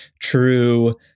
true